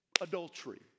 adultery